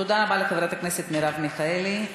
תודה רבה לחברת הכנסת מרב מיכאלי.